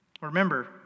Remember